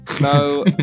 No